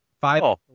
Five